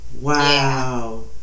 Wow